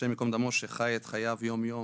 השם ייקום דמו, שחי את חייו יום-יום